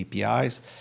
APIs